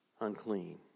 unclean